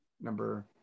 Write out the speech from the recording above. Number